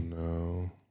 no